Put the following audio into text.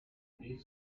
brief